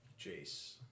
Jace